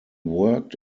worked